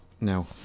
No